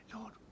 Lord